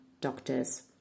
doctors